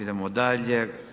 Idemo dalje.